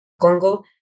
Congo